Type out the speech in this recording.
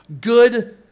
Good